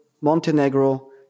Montenegro